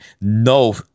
no